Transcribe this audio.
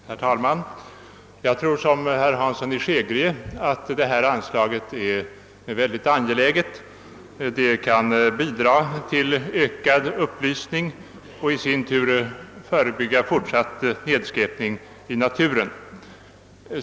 Herr talman! Jag tycker i likhet med herr Hansson i Skegrie att detta anslag är mycket angeläget. Det kan bidra till ökad upplysning och därmed i sin tur förebygga fortsatt nedskräpning i naturen.